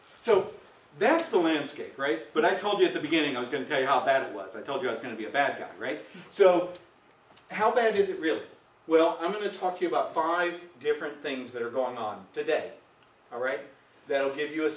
so that's the landscape right but i told you at the beginning i was going to tell you how bad it was i told you i was going to be a bad guy right so how bad is it really well i'm going to talk to you about five different things that are going on today all right that will give you a